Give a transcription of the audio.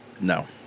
No